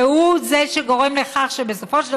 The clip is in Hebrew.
והוא זה שגורם לכך שבסופו של דבר,